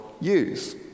use